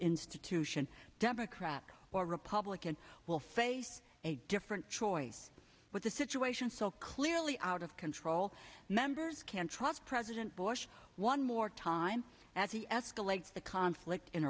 institution democrat or republican will face a different choice with the situation so clearly out of control members can trust president bush one more time as he escalates the conflict in